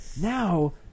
Now